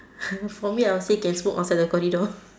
for me I would say can smoke outside the corridor